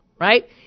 right